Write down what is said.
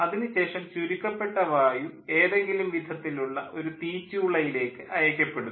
അതിനു ശേഷം ചുരുക്കപ്പെട്ട വായു ഏതെങ്കിലും വിധത്തിലുള്ള ഒരു തീച്ചൂളയിലേക്ക് അയയ്ക്കപ്പെടുന്നു